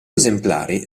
esemplari